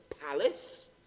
palace